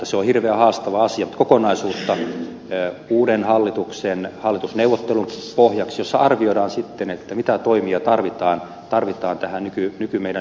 se on hirveän haastava asia mutta tarvitaan kokonaisuutta uuden hallituksen hallitusneuvottelun pohjaksi jossa arvioidaan sitten mitä toimia tarvitaan tähän meidän nykylainsäädäntöön ja politiikkaan